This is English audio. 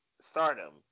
Stardom